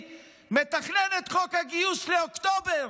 מתכנן את חוק הגיוס לאוקטובר,